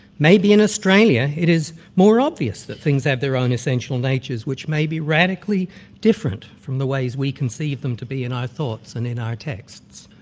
maybe in australia it is more obvious that things have their own essential natures, which may be radically different from the ways we conceive them to be in our thoughts and in our texts.